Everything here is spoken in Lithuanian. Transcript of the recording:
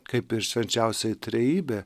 kaip ir švenčiausioji trejybė